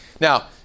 Now